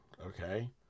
Okay